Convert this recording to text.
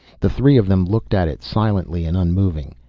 the three of them looked at it, silently and unmoving.